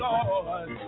Lord